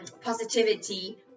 positivity